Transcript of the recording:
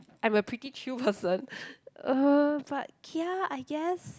I'm a pretty chill person uh but kia I guess